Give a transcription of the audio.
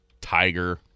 Tiger